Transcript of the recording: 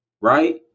Right